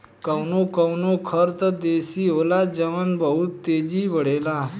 कवनो कवनो खर त देसी होला जवन बहुत तेजी बड़ेला